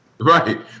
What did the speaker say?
Right